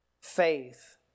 faith